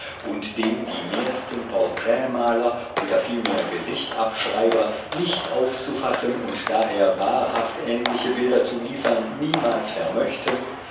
und den die mehrsten porträtmaler oder vielmehr gesichtabschreiber nicht aufzufassen und daher wahrhaft ähnliche bilder zu liefern niemals vermöchten